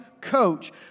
coach